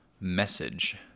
message